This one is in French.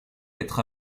être